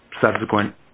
subsequent